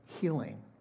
healing